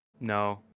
No